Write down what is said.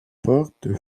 portes